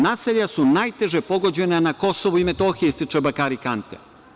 Naselja su najteže pogođena na KiM, ističe Bakari Kante.